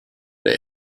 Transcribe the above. they